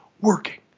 working